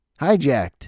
hijacked